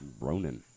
Ronan